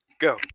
go